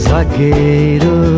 Zagueiro